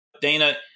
Dana